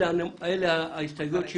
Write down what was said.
אלה ההסתייגויות שינומקו.